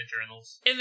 journals